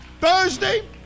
Thursday